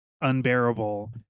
unbearable